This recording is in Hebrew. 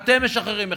אתם משחררים מחבלים.